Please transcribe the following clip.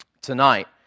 tonight